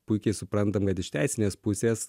puikiai suprantam kad iš teisinės pusės